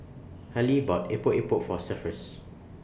Hallie bought Epok Epok For Cephus